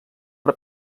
per